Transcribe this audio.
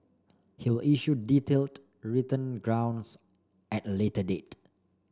he will issue detailed written grounds at a later date